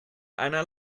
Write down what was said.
einer